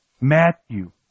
Matthew